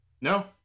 No